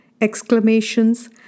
exclamations